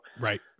right